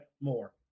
more